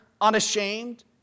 unashamed